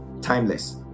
timeless